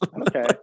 okay